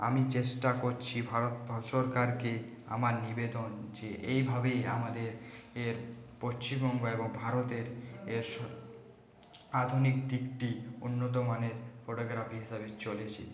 আমি চেষ্টা করছি ভারত ব সরকারকে আমার নিবেদন যে এইভাবেই আমাদের এ পশ্চিমবঙ্গ এবং ভারতের এস আধুনিক দিকটি উন্নত মানের ফটোগ্রাফি হিসাবে চলেছে